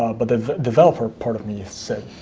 but the developer part of me said,